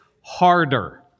harder